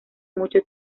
mucho